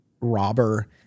robber